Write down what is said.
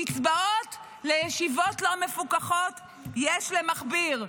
קצבאות לישיבות לא מפוקחות יש למכביר.